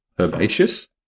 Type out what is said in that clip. herbaceous